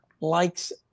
likes